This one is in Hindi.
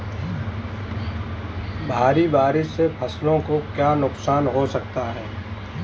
भारी बारिश से फसलों को क्या नुकसान हो सकता है?